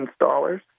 installers